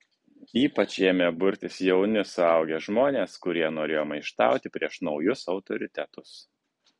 ypač ėmė burtis jauni suaugę žmonės kurie norėjo maištauti prieš naujus autoritetus